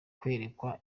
kwerekwa